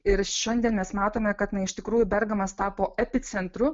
ir šiandien mes matome kad na iš tikrųjų bergamas tapo epicentru